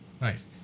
Nice